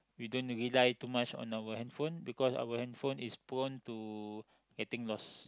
we don't rely too much on our handphone because our handphone is prone to getting lost